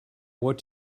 what